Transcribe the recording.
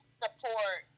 support